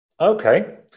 Okay